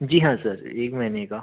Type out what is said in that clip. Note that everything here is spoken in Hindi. जी हाँ सर एक महीने का